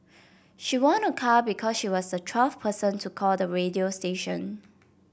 she won a car because she was the twelfth person to call the radio station